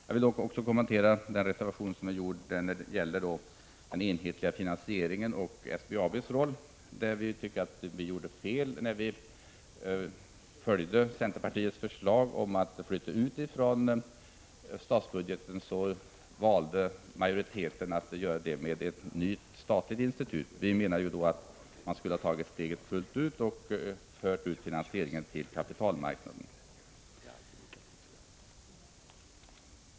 Jag vill också kommentera den reservation som gäller en enhetlig finansiering och SBAB:s roll i detta sammanhang. Vi tyckte att majoriteten när den följde centerpartiets förslag om utflyttning av denna finansiering från statsbudgeten valde en felaktig väg, nämligen att inrätta ett nytt statligt institut. Vi menar att man skulle ha tagit steget fullt ut genom att föra ut finansieringen på kapitalmarknaden.